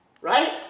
Right